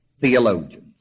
theologians